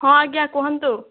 ହଁ ଆଜ୍ଞା କୁହନ୍ତୁ